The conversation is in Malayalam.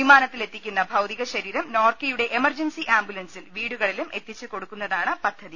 വിമാന ത്തിലെത്തിക്കുന്ന ഭൌതിക ശരീരം നോർക്കയുടെ എമർജൻസി ആംബു ലൻസിൽ വീടുകളിലും എത്തിച്ചുകൊടുക്കുന്നതാണ് പദ്ധതി